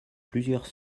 plusieurs